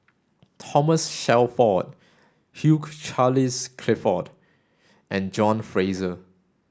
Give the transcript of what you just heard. Thomas Shelford Hugh Charles Clifford and John Fraser